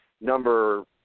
number